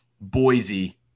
Boise